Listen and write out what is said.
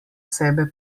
sebe